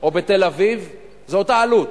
או בתל-אביב זו אותה עלות.